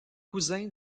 cousin